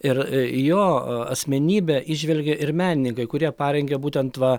ir jo asmenybę įžvelgia ir menininkai kurie parengia būtent va